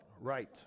right